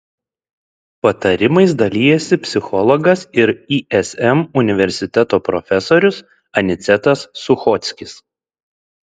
patarimais dalijasi psichologas ir ism universiteto profesorius anicetas suchockis